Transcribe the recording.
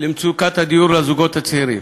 למצוקת הדיור לזוגות הצעירים.